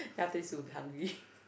then after this you'll be hungry